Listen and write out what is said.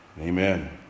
amen